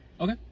Okay